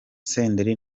senderi